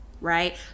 right